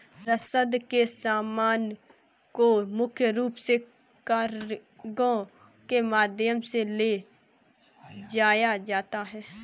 रसद के सामान को मुख्य रूप से कार्गो के माध्यम से ले जाया जाता था